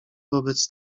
wobec